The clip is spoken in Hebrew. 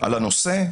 על הנושא,